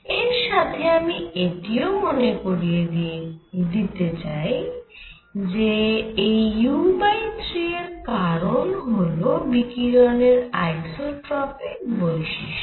এর সাথে আমি এটিও মনে করিয়ে দিই যে এই u3 এর কারণ হল বিকিরণের আইসোট্রপিক বৈশিষ্ট্য